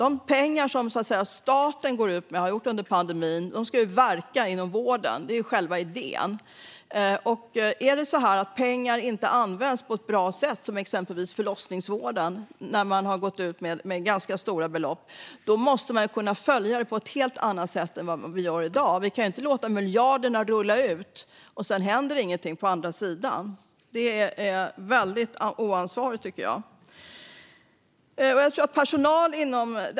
De pengar som staten har gått ut med under pandemin ska verka inom vården. Det är ju själva idén. Om pengar inte används på ett bra sätt, exempelvis när man har tillfört ganska stora belopp till förlossningsvården, måste man kunna följa upp detta på ett helt annat sätt än i dag. Vi kan inte låta miljarderna rulla utan att de leder till att något händer. Det är väldigt oansvarigt, tycker jag.